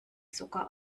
sogar